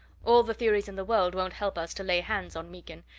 all the theories in the world won't help us to lay hands on meekin,